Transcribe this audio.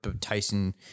Tyson